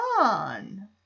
on